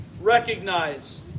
recognize